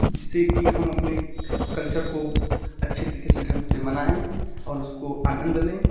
जिससे कि हम अपने कल्चर को अच्छे तरीके से ढंग से मनाएँ और उसका आनंद लें